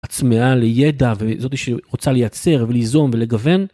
הצמאה לידע וזאתי שרוצה לייצר וליזום ולגוון.